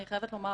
אני חייבת לומר